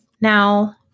Now